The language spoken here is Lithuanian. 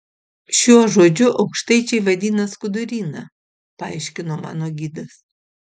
šiuo žodžiu aukštaičiai vadina skuduryną paaiškino mano gidas